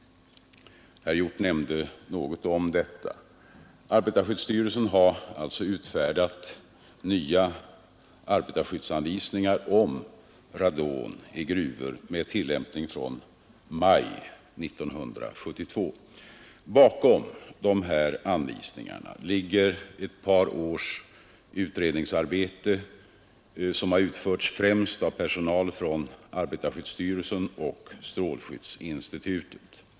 Herr Hjorth nämnde något om detta. Arbetarskyddsstyrelsen har alltså utfärdat nya arbetarskyddsanvisningar om radon i gruvor med tillämpning från maj 1972. Bakom dessa anvisningar ligger ett par års utredningsarbete som har utförts främst av personal från arbetarskyddsstyrelsen och strålskyddsinstitutet.